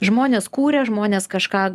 žmonės kūrė žmonės kažką